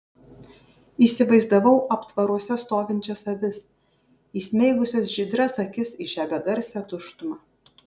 įsivaizdavau aptvaruose stovinčias avis įsmeigusias žydras akis į šią begarsę tuštumą